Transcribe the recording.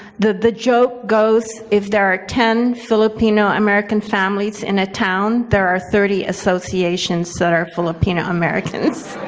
the the joke goes, if there are ten filipino-american families in a town, there are thirty associations that are filipino-americans